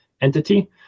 entity